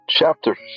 Chapter